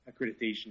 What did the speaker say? accreditation